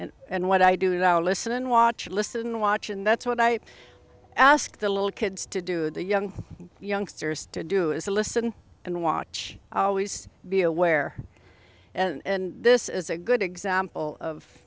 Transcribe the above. listening and what i do and i'll listen and watch listen and watch and that's what i ask the little kids to do the young youngsters to do is to listen and watch always be aware and this is a good example of